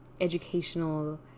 educational